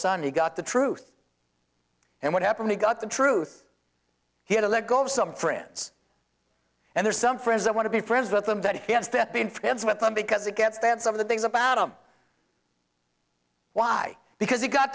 sudden he got the truth and what happened he got the truth he had to let go some friends and there's some friends that want to be friends with them that he has that been friends with them because it gets that some of the things about him why because you got